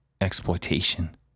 exploitation